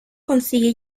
consigue